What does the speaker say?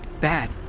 bad